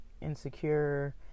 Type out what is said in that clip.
insecure